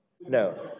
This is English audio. No